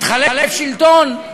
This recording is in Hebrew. התחלף שלטון,